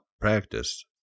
practice